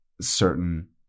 certain